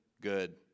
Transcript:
good